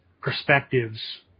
perspectives